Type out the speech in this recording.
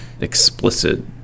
explicit